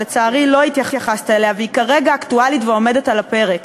שלצערי לא התייחסת אליה והיא כרגע אקטואלית ועומדת על הפרק: